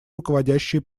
руководящие